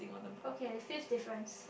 okay since difference